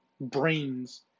brains